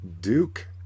Duke